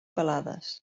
pelades